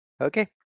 okay